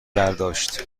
برداشت